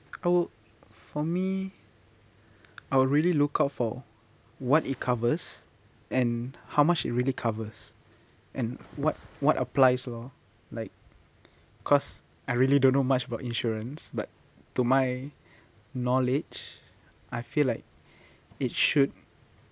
oh for me I will really look out for what it covers and how much it really covers and what what applies lor like cause I really don't know much about insurance but to my knowledge I feel like it should